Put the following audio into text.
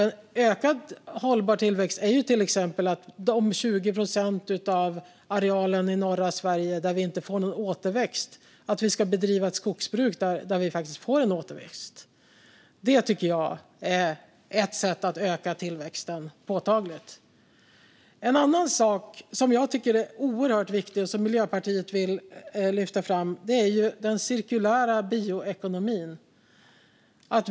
En ökad hållbar tillväxt innebär till exempel att vi ska bedriva ett skogsbruk där vi faktiskt får en återväxt och inte på de 20 procent av arealen i norra Sverige där vi inte får någon återväxt. Det tycker jag är ett sätt att öka tillväxten påtagligt. En annan sak som jag tycker är viktig och som Miljöpartiet vill lyfta fram är den cirkulära bioekonomin.